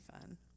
fun